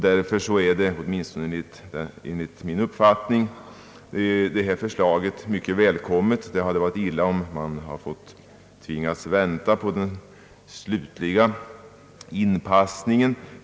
Därför är förslaget åtminstone enligt min uppfattning mycket välkommet. Det hade varit illa om man tvingats vänta på den slutliga inpassningen.